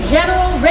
General